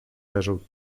leżał